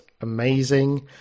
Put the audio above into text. amazing